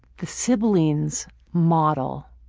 the siblings model